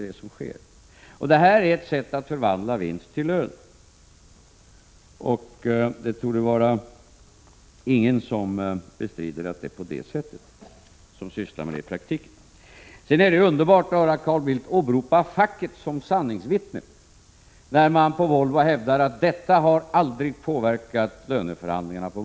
Det här förslaget är ett sätt att förvandla vinst till lön, och ingen som sysslar med detta i praktiken torde bestrida att det är på det viset. Sedan är det underbart att höra Carl Bildt åberopa facket som sanningsvittne, när man på Volvo hävdar att vinstdelningen aldrig har påverkat löneförhandlingarna där.